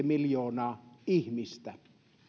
miljoonaa ihmistä